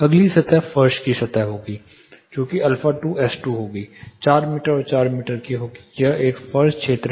अगली सतह फर्श की सतह होगी जो कि α2 S2 होगी 4 मीटर और 4 मीटर होगी यह एक फर्श क्षेत्र है